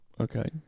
Okay